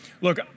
look